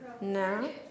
No